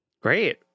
Great